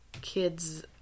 kids